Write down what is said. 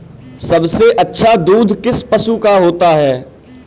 सबसे अच्छा दूध किस पशु का होता है?